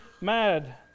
mad